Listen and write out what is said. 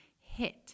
hit